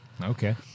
Okay